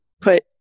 put